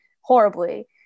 horribly